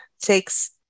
takes